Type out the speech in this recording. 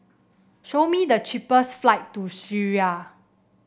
show me the cheapest flight to Syria